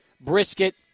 brisket